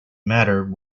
matter